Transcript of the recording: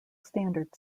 standard